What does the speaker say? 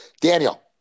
Daniel